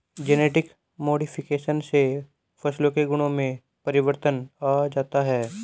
genetic modification से फसलों के गुणों में परिवर्तन आ जाता है